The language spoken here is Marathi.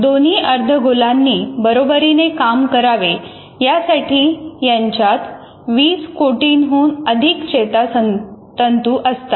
दोन्ही अर्धगोलानी बरोबरीने काम करावे यासाठी याच्यात वीस कोटींहून अधिक चेतातंतू असतात